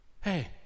Hey